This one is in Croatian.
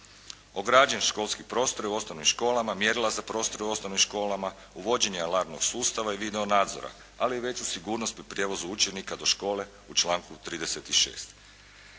ograđen školski prostor u osnovnim školama, mjerila za prostor u osnovnim školama, uvođenje alarmnog sustava i video nadzora, ali i veću sigurnost pri prijevozu učenika do škole u članku 36.